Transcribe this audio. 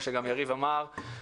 אני מאוד אוהב את המערכות,